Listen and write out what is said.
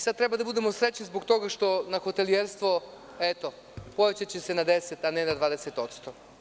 Sada treba da budemo srećni zbog toga što na hotelijerstvo, povećaće se na 10%, a ne na 20%